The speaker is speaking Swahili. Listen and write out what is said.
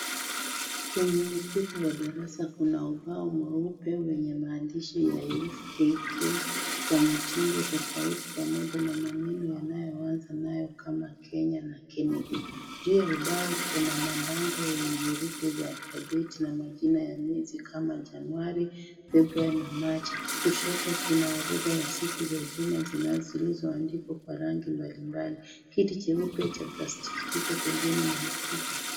Kwenye ukuta w darasa kuna ubao mweupe wenye maandishi ya herufi K K, kwa mtindo tofauti pamoja na maneno yanayo anza nayo kama Kenya na Kennedy, juu ya ubao kuna mabangobyenye herufi za alfabeti na majina ya miezi kama, Januari, February na March, kushoyo kuna orodha yabsiku za juma zinazo andi, zilizo andikwa kwa rangi mbali mbali, kiti cheupe cha plastiki kikobpembeni mwa ukuta.